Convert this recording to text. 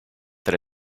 that